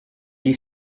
gli